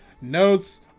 notes